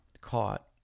caught